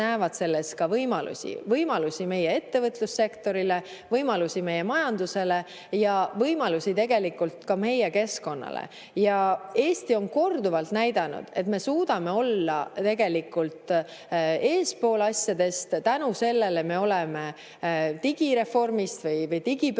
näevad selles ka võimalusi – võimalusi meie ettevõtlussektorile, võimalusi meie majandusele ja võimalusi tegelikult ka meie keskkonnale. Eesti on korduvalt näidanud, et me suudame olla asjadest eespool. Tänu sellele me oleme digireformist või digipöördest